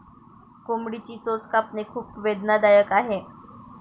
कोंबडीची चोच कापणे खूप वेदनादायक आहे